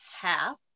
half